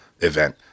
event